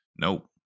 Nope